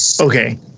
Okay